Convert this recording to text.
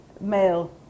male